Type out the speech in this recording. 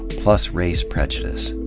plus race prejudice.